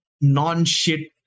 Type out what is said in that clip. non-shit